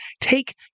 take